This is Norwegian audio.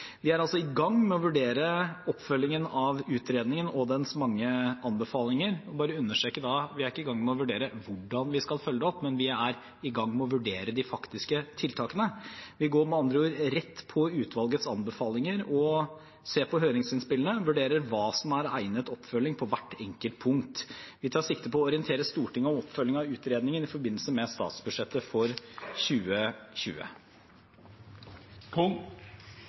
Vi er altså i gang med å vurdere oppfølgingen av utredningen og dens mange anbefalinger. Jeg vil understreke at vi er ikke i gang med å vurdere hvordan vi skal følge det opp, men vi er i gang med å vurdere de faktiske tiltakene. Vi går med andre ord rett på utvalgets anbefalinger, ser på høringsinnspillene og vurderer hva som er egnet oppfølging på hvert enkelt punkt. Vi tar sikte på å orientere Stortinget om oppfølgingen av utredningen i forbindelse med statsbudsjettet for